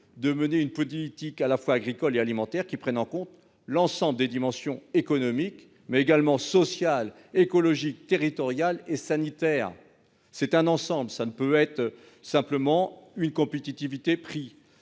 de mener une politique à la fois agricoles et alimentaires qui prennent en compte l'ensemble des dimensions économiques mais également sociale écologique territoriale et sanitaires. C'est un ensemble, ça ne peut être simplement une compétitivité prix